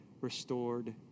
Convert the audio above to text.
restored